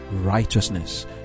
righteousness